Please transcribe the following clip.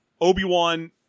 obi-wan